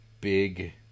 big